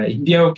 India